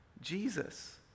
Jesus